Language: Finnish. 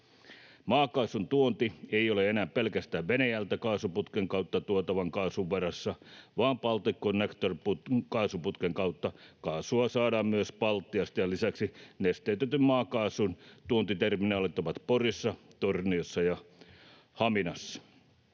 Maakaasun tuonti ei ole enää pelkästään Venäjältä kaasuputken kautta tuotavan kaasun varassa, vaan Balticconnector-kaasuputken kautta kaasua saadaan myös Baltiasta, ja lisäksi nesteytetyn maakaasun tuontiterminaalit ovat Porissa, Torniossa ja Haminassa.